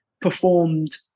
performed